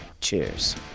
cheers